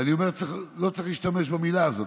אני אומר שלא צריך להשתמש במילה הזאת,